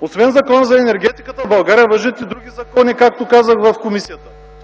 Освен Закона за енергетиката, в България важат и други закони, както казах в комисията.